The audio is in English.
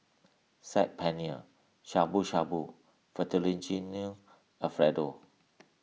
Saag Paneer Shabu Shabu Fettuccine Alfredo